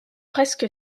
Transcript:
presque